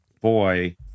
boy